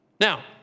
Now